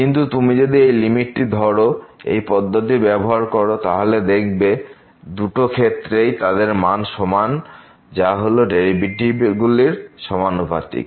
কিন্তু তুমি যদি এই লিমিট ধরো এবং এই পদ্ধতিটি ব্যবহার করো তাহলে দেখবে দুটো ক্ষেত্রেই তাদের মান সমান যা হলো ডেরিভেটিভ গুলির সমানুপাতিক